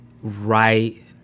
right